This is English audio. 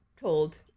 told